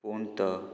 पूण तो